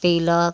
तिलक